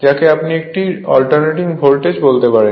যাকে আপনি একটি অল্টারনেটিং ভোল্টেজ বলতে পারেন